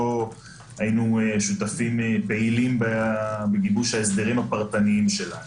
לא היינו שותפים פעילים לגיבוש ההסדרים הפרטניים שלה,